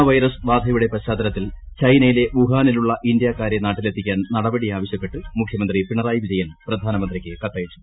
corona virus ബാധയുടെ പശ്ചാത്തലത്തിൽ ചൈനയിലെ വുഹാനിലുള്ള ഇന്ത്യക്കാരെ നാട്ടിലെത്തിക്കാൻ നടപടി ആവശ്യപ്പെട്ട് മുഖ്യമന്ത്രി പിണറായി വിജയൻ പ്രധാനമന്ത്രിക്ക് കത്തയച്ചു